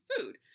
food